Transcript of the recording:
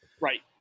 Right